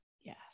yes